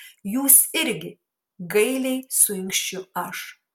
jūs irgi gailiai suinkščiu aš